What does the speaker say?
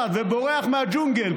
ובורח מהג'ונגל.